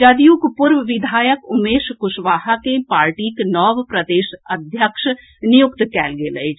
जदयूक पूर्व विधायक उमेश कुशवाहा के पार्टीक नव प्रदेश अध्यक्ष नियुक्त कयल गेल अछि